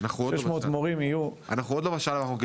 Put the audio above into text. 600 מורים יהיו --- אנחנו עוד לא בשלב האחרון.